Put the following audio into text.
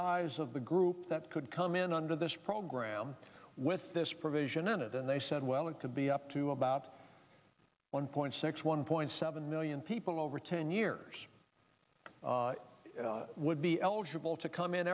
size of the group that could come in under this program with this provision in it and they said well it could be up to about one point six one point seven million people over ten years would be eligible to come in